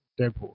Deadpool